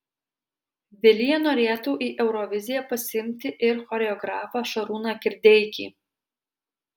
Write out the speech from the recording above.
vilija norėtų į euroviziją pasiimti ir choreografą šarūną kirdeikį